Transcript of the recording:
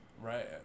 right